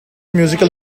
musical